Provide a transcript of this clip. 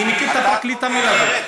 אני מכיר את הפרקליט המלווה.